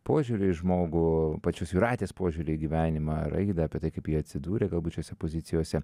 požiūrį į žmogų pačios jūratės požiūrį į gyvenimą raidą apie tai kaip ji atsidūrė galbūt šiose pozicijose